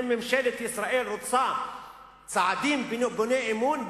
ואם ממשלת ישראל רוצה צעדים בוני אמון,